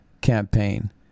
campaign